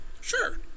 Sure